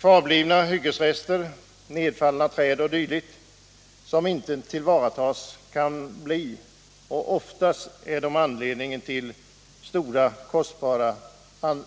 Kvarblivna hyggesrester, nedfallna träd o. d. som inte tillvaratas kan bli och är oftast anledningen till mycket kostsamma